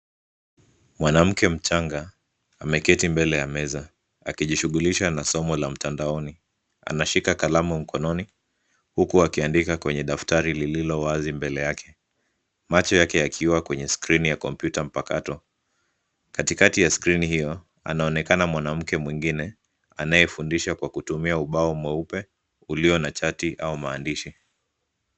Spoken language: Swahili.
Mwanamke mchanga ameketi mbele ya meza akijishughulisha na somo la mtandaoni. Anashika kalamu mkononi huku akiandika kwenye daftari lililo wazi mbele yake, macho yake yakiwa kwenye skrini ya kompyuta mpakato. Katikati ya skrini hiyo anaonekana mwanamke mwingine anayefundisha kwa kutumia ubao mweupe ulio na chati au maandishi.